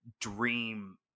dream